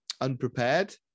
unprepared